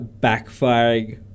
backfiring